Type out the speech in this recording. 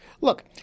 Look